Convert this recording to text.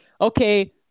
okay